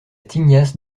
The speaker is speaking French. tignasse